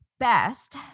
best